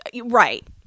right